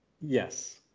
yes